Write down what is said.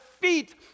feet